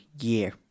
year